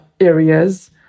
areas